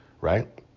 right